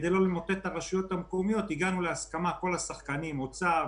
כדי לא למוטט את הרשויות המקומיות הגענו להסכמה כל השחקנים: האוצר,